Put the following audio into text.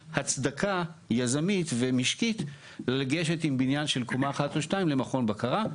הצדקה יזמית ומשקית לגשת עם בניין של קומה אחת או שתיים למכון בקרה.